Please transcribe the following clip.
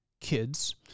kids